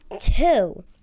two